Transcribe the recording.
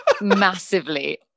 massively